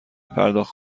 پرداخت